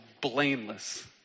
blameless